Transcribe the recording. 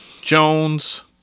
Jones